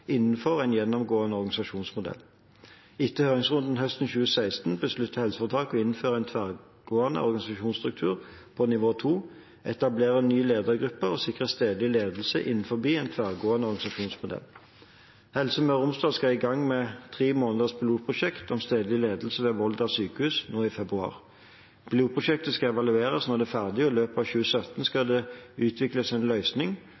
innenfor en gjennomgående organisasjonsmodell. Etter en høringsrunde høsten 2016 besluttet helseforetaket å innføre en tverrgående organisasjonsstruktur på nivå 2, etablere ny ledergruppe og sikre stedlig ledelse innenfor en tverrgående organisasjonsmodell. Helse Møre og Romsdal skal i gang med et tre måneders pilotprosjekt om stedlig ledelse ved Volda sjukehus nå i februar. Pilotprosjektet skal evalueres når det er ferdig, og i løpet av 2017 skal det utvikles en løsning